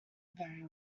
very